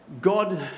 god